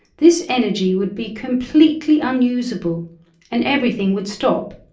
this energy would be completely unusable and everything would stop,